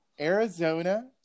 Arizona –